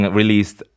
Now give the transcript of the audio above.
released